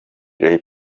jay